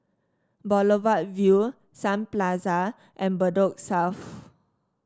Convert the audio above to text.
Boulevard Vue Sun Plaza and Bedok South